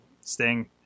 Sting